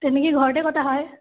তেনেকৈ ঘৰতে কটা হয়